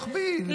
רוחבי.